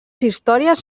històries